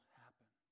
happen